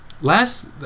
last